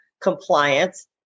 compliance